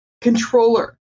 controller